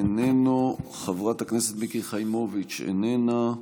איננו, חברת הכנסת מיקי חיימוביץ' איננה.